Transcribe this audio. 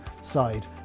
side